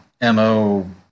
MO